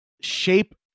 shape